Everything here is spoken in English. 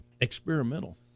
experimental